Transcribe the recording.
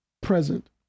present